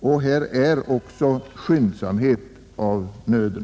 Och här är också skyndsamhet av nöden.